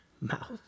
mouth